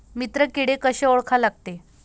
मित्र किडे कशे ओळखा लागते?